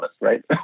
right